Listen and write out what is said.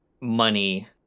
money